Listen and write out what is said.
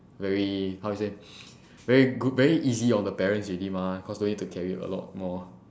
very how to say very go~ very easy on the parents already mah because no need to carry a lot more